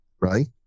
right